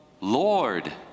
Lord